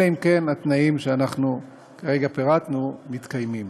אלא אם כן התנאים שכרגע פירטנו מתקיימים.